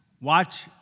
watch